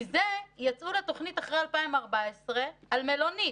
מזה יצאו לתוכנית אחרי 2014 על מלונית.